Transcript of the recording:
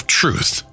truth